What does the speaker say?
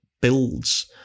builds